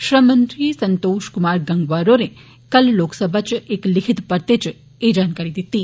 श्रम मंत्री संतोश कुमार गंगवार होरें कल लोकसभा च इक लिखित परते च एह जानकारी दित्ती